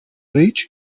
ridge